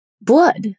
blood